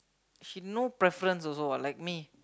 she no preference also what like me